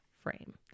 frame